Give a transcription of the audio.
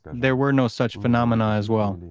there were no such phenomena as well,